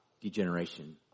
degeneration